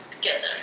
together